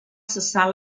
cessar